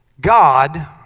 God